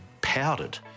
powdered